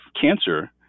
cancer